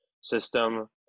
system